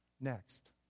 Next